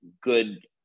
good